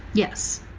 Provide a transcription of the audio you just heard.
yes